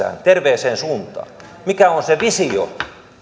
terveeseen suuntaan se visio